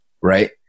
right